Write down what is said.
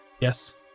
Yes